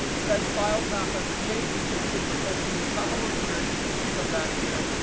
if that file path ever changes, you simply open power query and come back here,